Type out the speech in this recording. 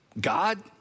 God